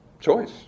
choice